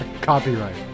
Copyright